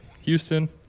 Houston